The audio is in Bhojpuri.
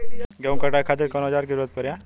गेहूं के कटाई खातिर कौन औजार के जरूरत परी?